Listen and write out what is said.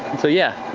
so yeah,